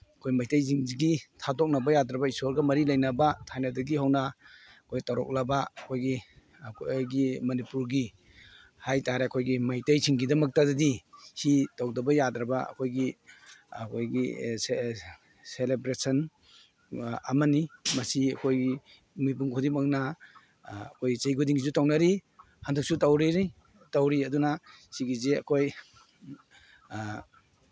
ꯑꯩꯈꯣꯏ ꯃꯩꯇꯩꯁꯤꯡꯁꯤꯒꯤ ꯊꯥꯗꯣꯛꯅꯕ ꯌꯥꯗ꯭ꯔꯕ ꯏꯁꯣꯔꯒ ꯃꯔꯤ ꯂꯩꯅꯕ ꯊꯥꯏꯅꯗꯒꯤ ꯍꯧꯅ ꯑꯩꯈꯣꯏ ꯇꯧꯔꯛꯂꯕ ꯑꯩꯈꯣꯏꯒꯤ ꯑꯩꯈꯣꯏꯒꯤ ꯃꯅꯤꯄꯨꯔꯒꯤ ꯍꯥꯏ ꯇꯥꯔꯦ ꯑꯩꯈꯣꯏꯒꯤ ꯃꯩꯇꯩꯁꯤꯡꯒꯤꯗꯃꯛꯇꯗꯤ ꯁꯤ ꯇꯧꯗꯕ ꯌꯥꯗ꯭ꯔꯕ ꯑꯩꯈꯣꯏꯒꯤ ꯑꯩꯈꯣꯏꯒꯤ ꯁꯦꯂꯦꯕ꯭ꯔꯦꯁꯟ ꯑꯃꯅꯤ ꯃꯁꯤ ꯑꯩꯈꯣꯏꯒꯤ ꯃꯤꯄꯨꯝ ꯈꯨꯗꯤꯡꯃꯛꯅ ꯑꯩꯈꯣꯏ ꯆꯍꯤ ꯈꯨꯗꯤꯡꯒꯤꯁꯨ ꯇꯧꯅꯔꯤ ꯍꯟꯗꯛꯁꯨ ꯇꯧꯔꯤ ꯑꯗꯨꯅ ꯁꯤꯒꯤꯁꯤ ꯑꯩꯈꯣꯏ